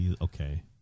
okay